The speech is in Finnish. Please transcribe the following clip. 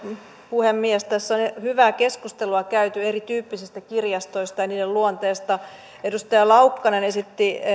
puhemies tässä on hyvää keskustelua käyty erityyppisistä kirjastoista ja niiden luonteesta edustaja laukkanen esitti